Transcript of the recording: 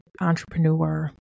Entrepreneur